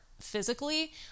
physically